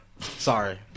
Sorry